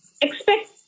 expect